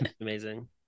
amazing